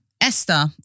Esther